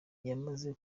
yamaze